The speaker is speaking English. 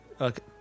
Okay